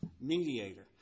mediator